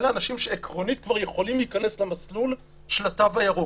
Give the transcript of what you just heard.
אלו אנשים שיכולים להיכנס למסלול של התו הירוק.